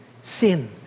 sin